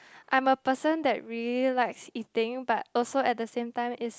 I'm a person that really likes eating but also at the same time is